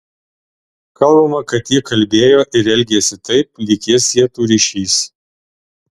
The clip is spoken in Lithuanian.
kalbama kad ji kalbėjo ir elgėsi taip lyg jas sietų ryšys